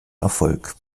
erfolg